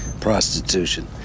prostitution